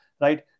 right